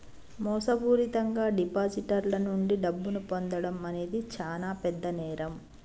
మోసపూరితంగా డిపాజిటర్ల నుండి డబ్బును పొందడం అనేది చానా పెద్ద నేరం